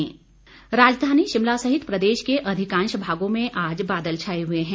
मौसम राजधानी शिमला सहित प्रदेश के अधिकांश भागों में आज हल्के बादल छाए हुए हैं